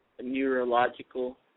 neurological